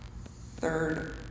Third